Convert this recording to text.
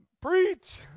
Preach